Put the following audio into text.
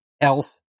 else